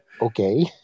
Okay